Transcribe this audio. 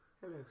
Hello